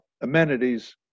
amenities